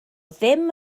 ddim